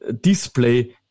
display